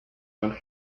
went